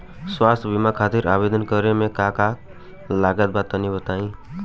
स्वास्थ्य बीमा खातिर आवेदन करे मे का का लागत बा तनि बताई?